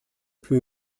più